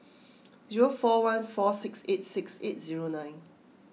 zero four one four six eight six eight zero nine